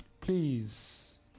Please